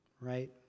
right